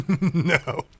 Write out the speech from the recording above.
No